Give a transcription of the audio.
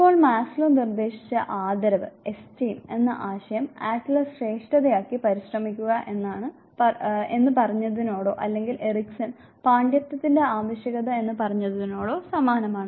ഇപ്പോൾ മാസ്ലോ നിർദ്ദേശിച്ച ആദരവ് എന്ന ആശയം ആഡ്ലർ ശ്രേഷ്ഠതയ്ക്കായി പരിശ്രമിക്കുക എന്ന് പറഞ്ഞതിനോടോ അല്ലെങ്കിൽ എറിക്സൺ പാണ്ഡിത്യത്തിന്റെ ആവശ്യകത എന്ന് പറഞ്ഞതിനോടോ സമാനമാണ്